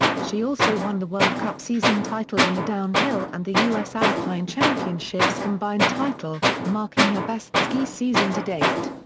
she also won the world cup season title in the downhill and the u s. alpine championships combined title, marking her best ski season to date.